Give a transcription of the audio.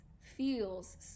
feels